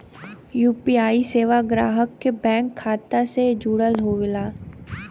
UPI सेवा ग्राहक के बैंक खाता से जुड़ल होला